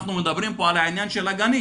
אנחנו מדברים פה על העניין של הגנים.